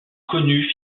connues